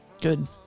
good